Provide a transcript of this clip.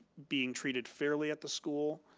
being treated fairly at the school,